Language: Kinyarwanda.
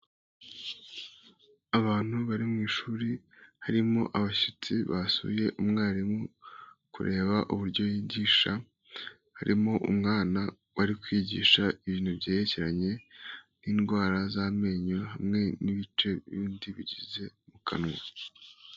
Abantu bari mu ishuri harimo abashyitsi basuye umwarimu kureba uburyo yigisha, harimo umwana bari kwigisha ibintu byerekeranye n'indwara z'amenyo hamwe n'ibice bindi bigize mu kanwa.